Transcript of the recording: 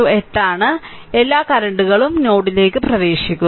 അതിനാൽ എല്ലാ കറന്റുകളും നോഡിലേക്ക് പ്രവേശിക്കുന്നു